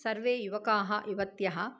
सर्वे युवकाः युवत्यः